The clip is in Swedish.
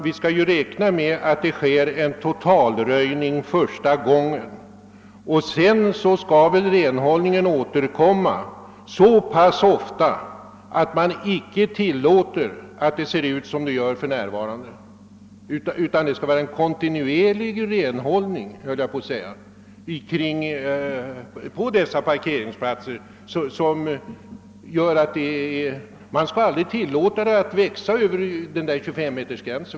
Vi skall räkna med att det första gången görs en totalröjning, och sedan skall skräpet hämtas så pass ofta att det aldrig kan se ut så på parkeringsplatserna som det gör nu. Det skall så att säga vara en kontinuerlig renhållning. Skräpet skall inte få spridas utanför den föreslagna 25-metersgränsen.